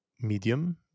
medium